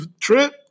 trip